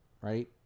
right